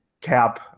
cap